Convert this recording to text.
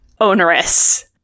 onerous